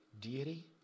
deity